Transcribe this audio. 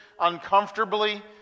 uncomfortably